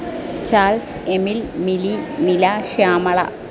Charles Emil Mili Mila Shyamala